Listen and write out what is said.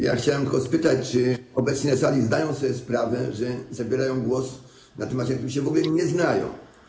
Ja chciałem tylko spytać, czy obecni na sali zdają sobie sprawę, że zabierają głos na temat, na którym się w ogóle nie znają.